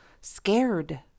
scared